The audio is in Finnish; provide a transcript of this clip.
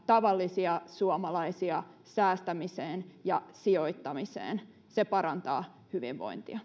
tavallisia suomalaisia säästämiseen ja sijoittamiseen se parantaa hyvinvointia